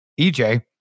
EJ